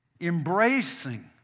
embracing